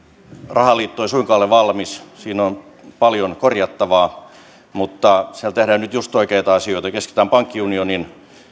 rahaliitto ei suinkaan ole valmis siinä on paljon korjattavaa mutta siellä tehdään nyt just oikeita asioita keskitytään pankkiunionin